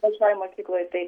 pačioj mokykloj taip